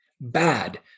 bad